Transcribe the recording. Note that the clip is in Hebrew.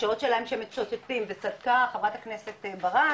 השעות שלהם שהם מצ'וטטים, וצדקה חברת הכנסת ברק